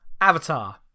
Avatar